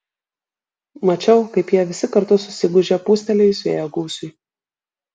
mačiau kaip jie visi kartu susigūžė pūstelėjus vėjo gūsiui